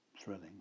thrilling